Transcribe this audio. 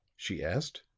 she asked.